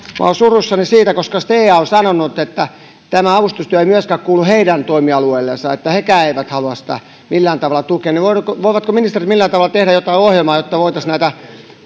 olen suruissani siitä koska stea on sanonut että tämä avustustyö ei kuulu myöskään heidän toimialueellensa että hekään eivät halua sitä millään tavalla tukea eli voivatko ministerit millään tavalla tehdä jotain ohjelmaa jotta voitaisiin näitä